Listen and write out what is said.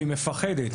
והיא מפחדת.